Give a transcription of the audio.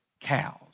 cows